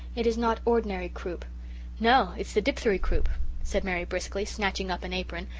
it is not ordinary croup no, it's the dipthery croup said mary briskly, snatching up an apron.